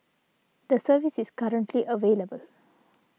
the service is currently available